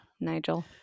Nigel